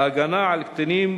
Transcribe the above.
ההגנה על קטינים